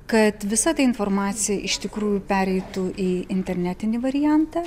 kad visa ta informacija iš tikrųjų pereitų į internetinį variantą